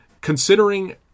considering